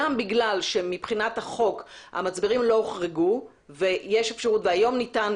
גם בגלל שמבחינת החוק המצברים לא הוחרגו והיום ניתן